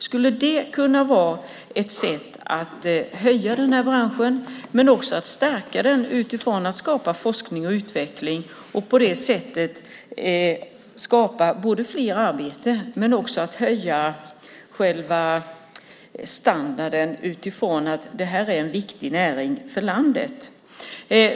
Skulle det kunna vara ett sätt att så att säga höja denna bransch men att också stärka den utifrån att man skapar forskning och utveckling och på det sättet både skapar fler arbeten och höjer själva standarden utifrån att detta är en viktig näring för landet?